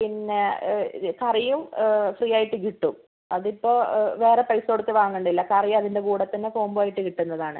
പിന്നെ കറിയും ഫ്രീ ആയിട്ട് കിട്ടും അതിപ്പോൾ വേറെ പൈസ കൊടുത്തു വങ്ങേണ്ടിയില്ല കറിയും അതിൻ്റെ കൂടെ തന്നെ കോംമ്പോ ആയിട്ട് കിട്ടുന്നതാണ്